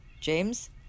James